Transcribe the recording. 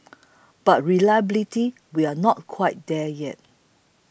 but reliability we are not quite there yet